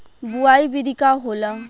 बुआई विधि का होला?